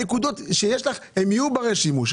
הנקודות שיהיו לך יהיו ברי שימוש.